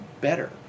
better